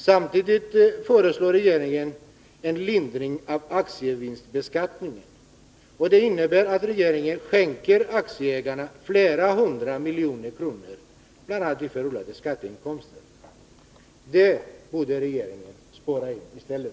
Samtidigt föreslår regeringen en lindring av aktievinstbeskattningen. Det innebär att regeringen skänker aktieägarna flera hundra miljoner kronor, bl.a. i förlorade skatteinkomster. Det här borde regeringen spara in i stället.